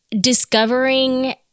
discovering